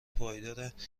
پایدارmباید